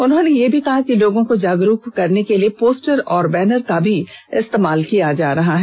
उन्होंन यह भी कहा कि लोगों को जागरूक करने के लिए पोस्टर और बैनर का भी इस्तेमाल किया जा रहा है